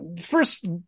first